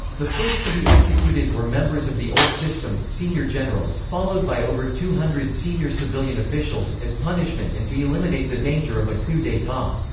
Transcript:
the first to be executed were members of the old system senior generals, followed by over two hundred senior civilian officials, as punishment and to eliminate the danger of a coup d'etat.